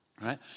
right